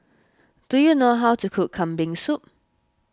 do you know how to cook Kambing Soup